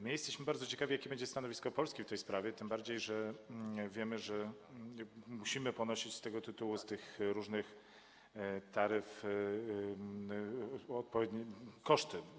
My jesteśmy bardzo ciekawi, jakie będzie stanowisko Polski w tej sprawie, tym bardziej że, jak wiemy, musimy ponosić z tego tytułu, tych różnych taryf, koszty.